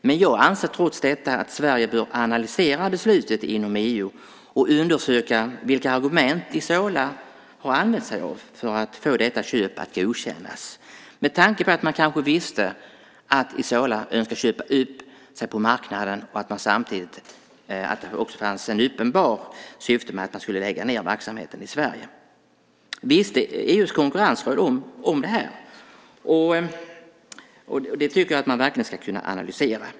Men jag anser trots detta att Sverige bör analysera beslutet inom EU och undersöka vilka argument Isola har använt sig av för att få detta köp att godkännas med tanke på att man kanske visste att Isola önskade köpa upp sig på marknaden och det också fanns ett uppenbart syfte med att lägga ned verksamheten i Sverige. Visste EU:s konkurrensråd om det här? Det tycker jag verkligen att man ska kunna analysera.